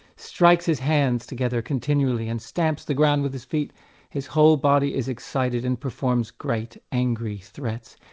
strikes his hands together continually and stamps the ground with his feet his whole body is excited and performs great angry threats.